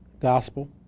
gospel